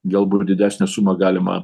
galbūt didesnę sumą galima